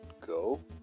go